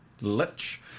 Lich